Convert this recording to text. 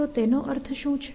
તો તેનો અર્થ શું છે